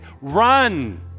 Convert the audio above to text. run